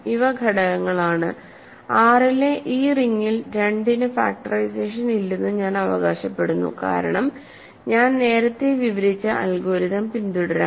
ഇവ ഘടകങ്ങളാണ് R ലെ ഈ റിംഗിൽ 2 ന് ഫാക്ടറൈസേഷൻ ഇല്ലെന്ന് ഞാൻ അവകാശപ്പെടുന്നു കാരണം ഞാൻ നേരത്തെ വിവരിച്ച അൽഗോരിതം പിന്തുടരാം